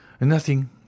Nothing